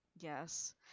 Yes